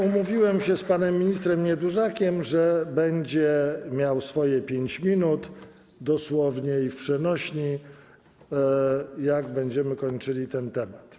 Umówiłem się z panem ministrem Niedużakiem, że będzie miał swoje 5 minut dosłownie i w przenośni, jak będziemy kończyli ten temat.